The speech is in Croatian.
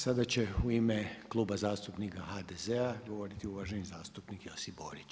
Sada će u ime Kluba zastupnika HDZ-a govoriti uvaženi zastupnik Josip Borić.